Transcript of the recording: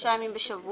חמישה ימים בשבוע,